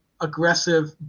aggressive